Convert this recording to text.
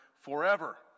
forever